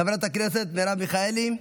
חברת הכנסת מרב מיכאלי,